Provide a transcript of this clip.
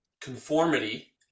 conformity